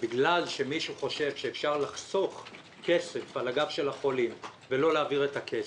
בגלל שמישהו חושב שאפשר לחסוך כסף על הגב של החולים ולא להעביר את הכסף,